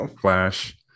Flash